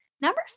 Number